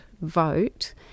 vote